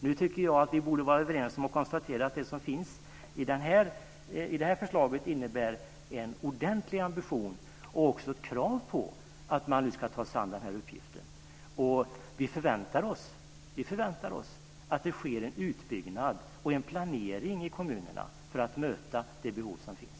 Jag tycker att vi nu borde vara överens om att konstatera att det som finns i det här förslaget innebär en ordentlig ambition och också ett krav på att man nu ska ta sig an den här uppgiften. Vi förväntar oss att det sker en utbyggnad och en planering i kommunerna för att möta de behov som finns.